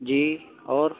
جی اور